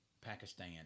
Pakistan